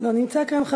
לא נמצא כאן.